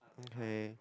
okay